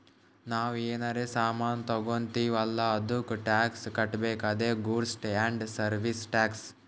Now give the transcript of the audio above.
ನಾವ್ ಏನರೇ ಸಾಮಾನ್ ತಗೊತ್ತಿವ್ ಅಲ್ಲ ಅದ್ದುಕ್ ಟ್ಯಾಕ್ಸ್ ಕಟ್ಬೇಕ್ ಅದೇ ಗೂಡ್ಸ್ ಆ್ಯಂಡ್ ಸರ್ವೀಸ್ ಟ್ಯಾಕ್ಸ್